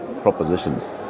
propositions